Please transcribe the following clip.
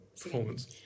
Performance